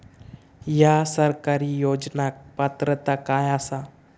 हया सरकारी योजनाक पात्रता काय आसा?